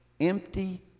Empty